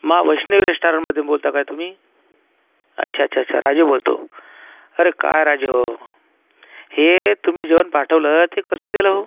मां वैष्णवी रेस्टॉरंटमधून बोलता काय तुम्ही अच्छा अच्छा अच्छा राजू बोलतो अरे काय राजूभाऊ हे तुम्ही जेवण पाठवलं ते कसं दिलं हो